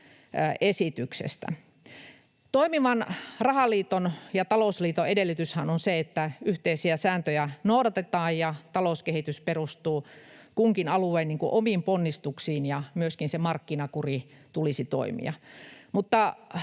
esityksestä. Toimivan rahaliiton ja talousliiton edellytyshän on se, että yhteisiä sääntöjä noudatetaan ja talouskehitys perustuu kunkin alueen omiin ponnistuksiin, ja myöskin sen markkinakurin tulisi toimia.